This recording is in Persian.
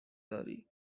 داری